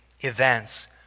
events